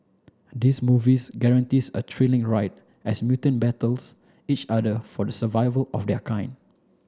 this movies guarantees a thrilling ride as mutant battles each other for the survival of their kind